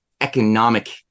economic